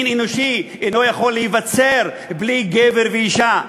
המין האנושי אינו יכול להיווצר בלי גבר ואישה.